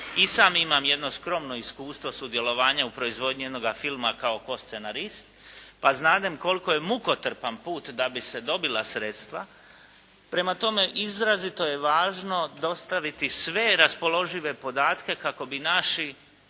I sam imam jedno skromno iskustvo sudjelovanja u proizvodnji jednoga filma kao postscenarist, pa znadem koliko je mukotrpan put da bi se dobila sredstva. Prema tome, izrazito je važno dostaviti sve raspoložive podatke kako bi naši